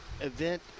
event